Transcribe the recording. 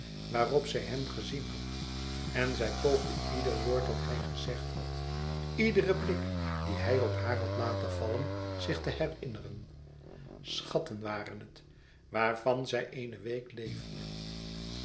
waarop zij hem gezien had en zij poogde ieder woord dat hij gezegd had iederen blik dien hij op haar had laten vallen zich te herinneren schatten waren het waarvan zij eene week leefde